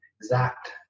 exact